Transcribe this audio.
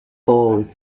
born